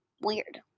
Weird